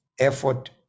effort